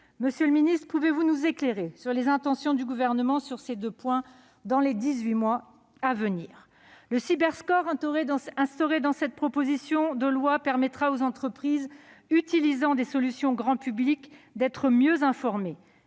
Monsieur le secrétaire d'État, pouvez-vous nous éclairer sur les intentions du Gouvernement sur ces points dans les dix-huit mois à venir ? Le Cyberscore que vise à instaurer cette proposition de loi permettra aux entreprises utilisant des solutions « grand public » d'être mieux informées.